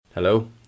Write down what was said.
hello